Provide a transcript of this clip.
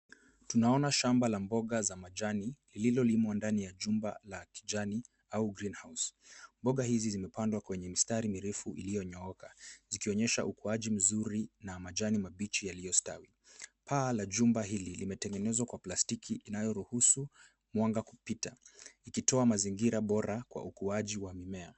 Tunaona shamba la mboga za majani lililolimwa ndani ya jumba cha kijani au greenhouse . Mboga hizi zimepandwa kwenye mistari mirefu iliyonyooka, zikionyesha ukuaji mzuri na majani mabichi yaliyostawi. Paa la jumba hili limetengenezwa kwa plastiki inayoruhusu mwanga kupita, ikitoa mazingira bora kwa ukuaji wa mimea.